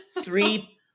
three